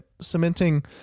cementing